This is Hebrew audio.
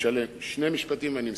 שני משפטים ואני מסיים.